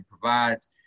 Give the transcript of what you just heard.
provides